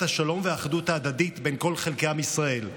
השלום והאחדות ההדדית בין כל חלקי עם ישראל.